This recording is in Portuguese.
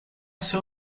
seu